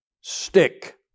stick